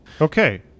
Okay